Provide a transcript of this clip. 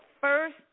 first